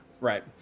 right